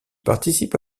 participe